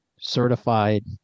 certified